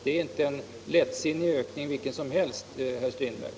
Det är inte en lättsinnig ökning, vilken som helst, herr Strindberg.